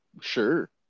Sure